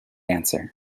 answer